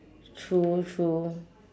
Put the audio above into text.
true true